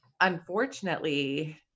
unfortunately